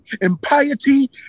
impiety